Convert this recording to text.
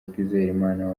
twizerimana